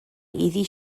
iddi